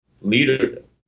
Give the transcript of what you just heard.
leadership